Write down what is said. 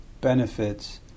benefits